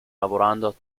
lavorando